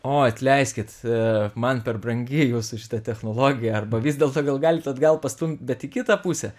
oi atleiskit man per brangi jūsų šita technologija arba vis dėlto gal galit atgal pastumt bet į kitą pusę